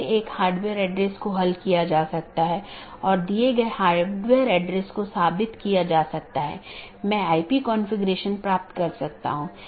क्योंकि पूर्ण मेश की आवश्यकता अब उस विशेष AS के भीतर सीमित हो जाती है जहाँ AS प्रकार की चीज़ों या कॉन्फ़िगरेशन को बनाए रखा जाता है